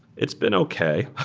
it's been okay.